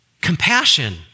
Compassion